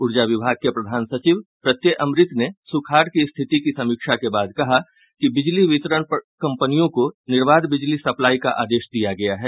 ऊर्जा विभाग के प्रधान सचिव प्रत्यय अमृत ने सुखाड़ की स्थिति की समीक्षा के बाद कहा कि बिजली वितरण कंपनियों को निर्वाध बिजली सप्लाई का आदेश दिया गया है